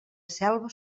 selva